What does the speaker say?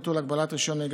ביטול הגבלת רישיון נהיגה),